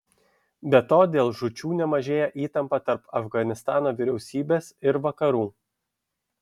be to dėl žūčių nemažėja įtampa tarp afganistano vyriausybės ir vakarų